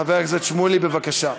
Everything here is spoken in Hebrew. חבר הכנסת שמולי, בבקשה.